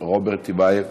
רוברט טיבייב.